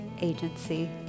agency